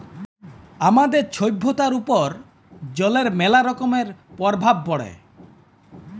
আমাদের ছভ্যতার উপর জলের ম্যালা রকমের পরভাব পড়ে